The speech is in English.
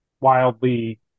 wildly